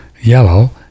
yellow